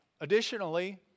Additionally